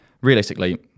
realistically